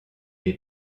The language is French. est